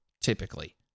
typically